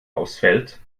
ausfällt